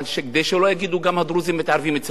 כדי שלא יגידו שהדרוזים מתערבים ליהודים.